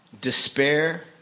despair